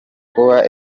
kuba